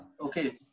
Okay